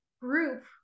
group